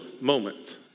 moment